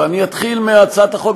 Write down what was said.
ואתחיל מהצעת החוק,